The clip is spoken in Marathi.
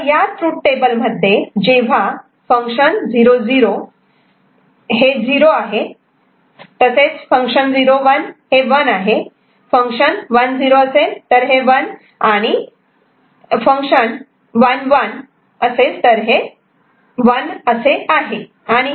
तर या ट्रूथ टेबल मध्ये जेव्हा F 0 0 0 F 01 1 F10 1 आणि F10 1 असे आहे